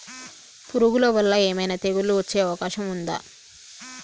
పురుగుల వల్ల ఏమైనా తెగులు వచ్చే అవకాశం ఉందా?